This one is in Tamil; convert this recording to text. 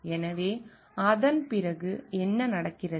எனவே அதன் பிறகு என்ன நடக்கிறது